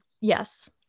Yes